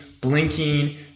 blinking